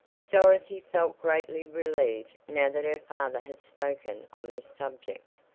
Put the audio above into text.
dorothy felt greatly relieved now that her father had spoken on this subject,